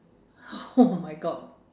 oh my god